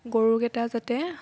গৰুকেইটা যাতে